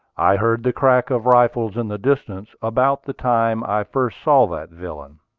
i heard the crack of rifles in the distance, about the time i first saw that villain.